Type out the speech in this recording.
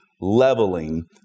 leveling